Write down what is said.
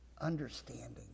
understanding